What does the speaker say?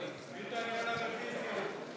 תקציבי 68, רשות האוכלוסין,